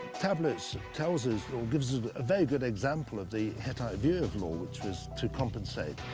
tablets tells us or gives us a very good example of the hittite view of law, which was to compensate.